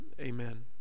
amen